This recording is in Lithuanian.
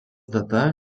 data